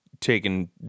taken